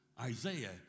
Isaiah